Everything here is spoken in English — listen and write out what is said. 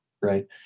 right